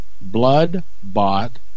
blood-bought